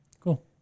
Cool